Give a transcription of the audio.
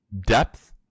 depth